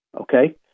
Okay